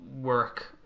work